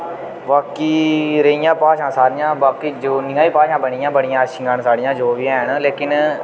बाकी रेहियां भाशां सरियां बाकी जोनियां बी भाशां बनियां बड़ियां अच्छियां न साढ़ियां जो बी हैन लेकिन